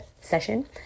session